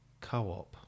co-op